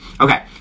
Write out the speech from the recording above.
Okay